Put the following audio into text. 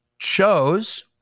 shows